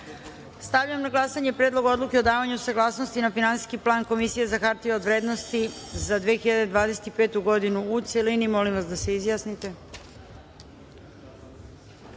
odluke. Stavljam na glasanje Predlog odluke o davanju saglasnosti na Finansijski plan Komisije za hartije od vrednosti za 2025. godinu, u celini. Molim narodne poslanike